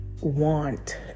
Want